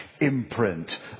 imprint